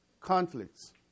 Conflicts